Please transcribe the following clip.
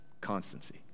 constancy